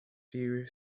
few